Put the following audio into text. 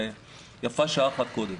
ויפה שעה אחת קודם.